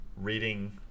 reading